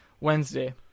Wednesday